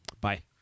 Bye